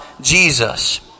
Jesus